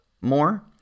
more